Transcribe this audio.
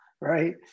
right